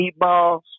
meatballs